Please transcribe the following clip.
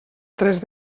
tres